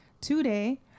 today